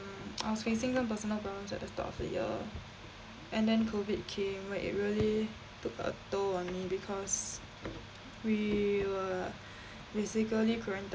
mm I was facing some personal problems at the start of the year and then COVID came where it really took a toll on me because we were basically quarantine